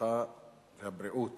הרווחה והבריאות